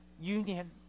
union